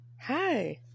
hi